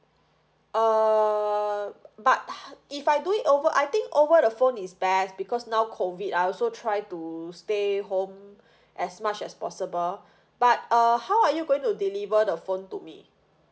uh but how if I do it over I think over the phone is best because now COVID I also try to stay home as much as possible but uh how are you going to deliver the phone to me